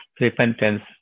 repentance